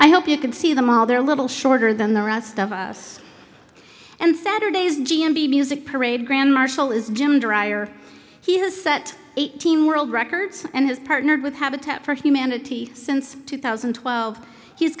i hope you can see them all they're a little shorter than the rest of us and saturday's g m b music parade grand marshal is jim drier he has set eighteen world records and has partnered with habitat for humanity since two thousand and twelve h